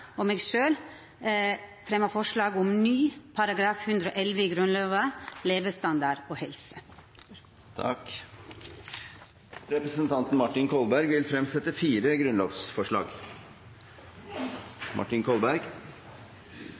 og meg sjølv fremja forslag om ny § 111 i Grunnlova, levestandard og helse. Representanten Martin Kolberg vil fremsette fire grunnlovsforslag.